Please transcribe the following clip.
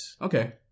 Okay